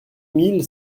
mille